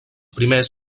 primers